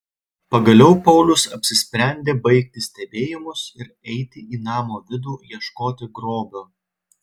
pagaliau paulius apsisprendė baigti stebėjimus ir eiti į namo vidų ieškoti grobio